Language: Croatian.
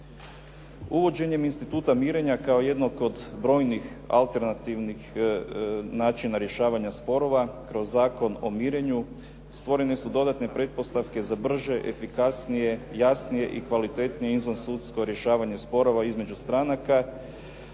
Uvođenjem instituta mirenja kao jednog od brojnih alternativnih načina rješavanja sporova kroz Zakon o mirenju stvorene su dodatne pretpostavke za brže, efikasnije, jasnije i kvalitetnije izvansudsko rješavanja sporova između stranaka